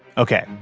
okay.